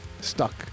stuck